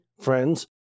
friends